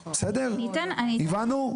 הבנו?